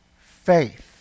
faith